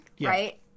right